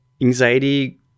anxiety